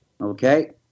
Okay